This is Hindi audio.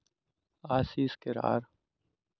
आशीष केरार